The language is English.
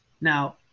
Now